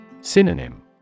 Synonym